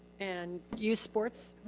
and youth sports.